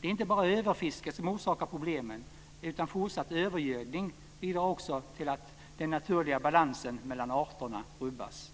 Det är inte bara överfisket som orsakar problemen, utan fortsatt övergödning bidrar också till att den naturliga balansen mellan arterna rubbas.